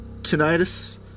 tinnitus